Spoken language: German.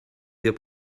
wir